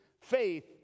faith